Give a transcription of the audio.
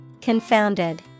Confounded